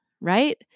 right